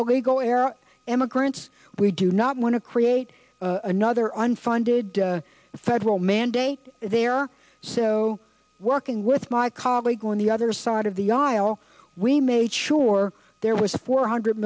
emigrants we do not want to create another unfunded federal mandate there so working with my colleague on the other side of the aisle we made sure there was four hundred